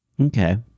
Okay